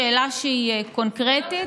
כי לא הייתה שום שאלה שהיא קונקרטית,